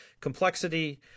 complexity